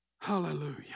Hallelujah